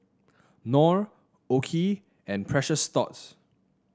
Knorr OKI and Precious Thots